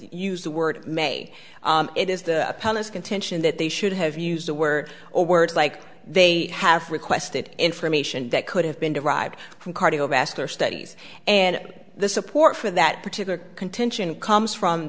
use the word may it is the contention that they should have used the word or words like they have requested information that could have been derived from cardiovascular studies and the support for that particular contention comes from